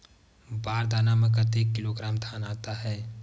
बार दाना में कतेक किलोग्राम धान आता हे?